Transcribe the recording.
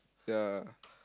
ya